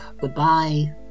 Goodbye